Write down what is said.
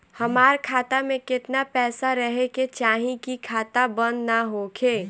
हमार खाता मे केतना पैसा रहे के चाहीं की खाता बंद ना होखे?